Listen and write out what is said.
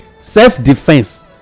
self-defense